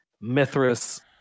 Mithras